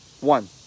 One